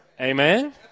Amen